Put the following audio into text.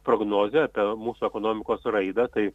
prognozė apie mūsų ekonomikos raidą tai